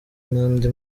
n’andi